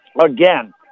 Again